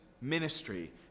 ministry